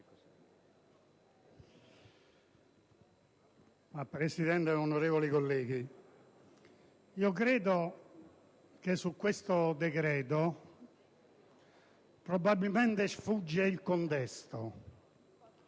Presidente, onorevoli colleghi, io credo che di questo decreto, probabilmente, sfugga il contesto.